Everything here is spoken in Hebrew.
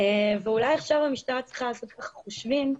אולי המשטרה צריכה לעשות חושבים,